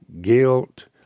guilt